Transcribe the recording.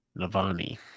Navani